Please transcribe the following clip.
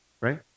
right